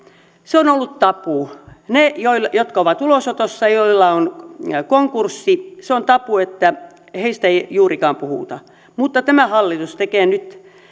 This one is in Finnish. se on ollut tabu ne jotka ovat ulosotossa joilla on konkurssi se on tabu heistä ei juurikaan puhuta mutta tämä hallitus tekee nyt